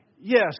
Yes